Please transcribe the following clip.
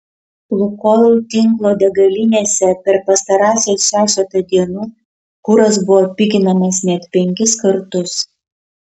lukoil tinklo degalinėse per pastarąsias šešetą dienų kuras buvo piginamas net penkis kartus